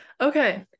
Okay